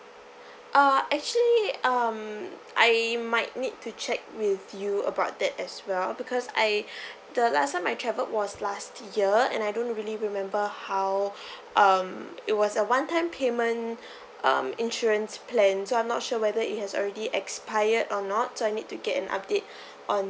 uh actually um I might need to check with you about that as well because I the last time I traveled was last year and I don't really remember how um it was a one time payment um insurance plan so I'm not sure whether it has already expired or not so I need to get an update on